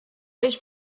ich